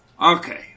Okay